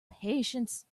patience